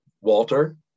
walter